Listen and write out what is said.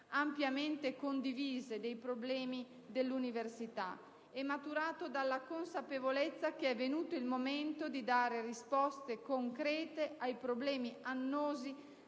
ampiamente condivise dei problemi dell'università e maturato dalla consapevolezza che è venuto il momento di dare risposte concrete ai problemi annosi